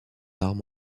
armes